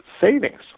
savings